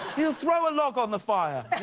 he'll throw a log on the fire,